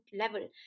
level